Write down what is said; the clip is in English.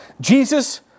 Jesus